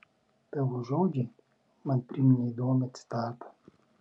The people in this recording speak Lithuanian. tavo žodžiai man priminė įdomią citatą